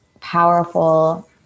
powerful